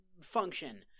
function